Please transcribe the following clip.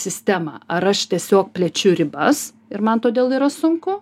sistema ar aš tiesiog plečiu ribas ir man todėl yra sunku